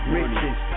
Riches